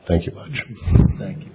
thank you think you